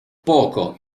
poco